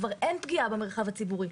כבר אין פגיעה במרחב הציבורי.